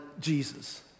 Jesus